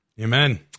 Amen